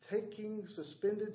taking suspended